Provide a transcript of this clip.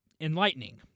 enlightening